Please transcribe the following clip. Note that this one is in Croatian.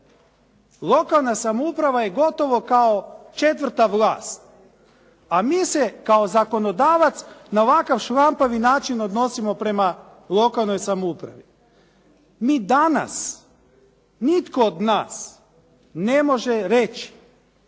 Lokalna samouprava je gotovo kao četvrta vlast, a mi se kao zakonodavac na ovakav šlampavi način odnosimo prema lokalnoj samoupravi. Mi danas nitko od nas ne može reći